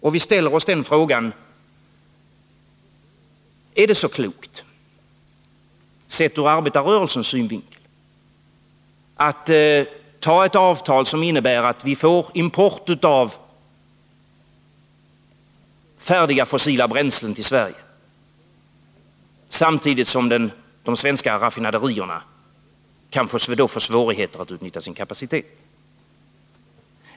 Och vi ställer oss den frågan: Är det så klokt, sett ur arbetarrörelsens synvinkel, att ta ett avtal som innebär att vi får import av färdiga fossila bränslen till Sverige samtidigt som de svenska raffinaderierna kan få svårigheter att utnyttja sin kapacitet?